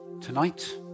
tonight